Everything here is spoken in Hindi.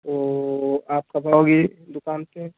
तो आप कब आओगी दुकान पर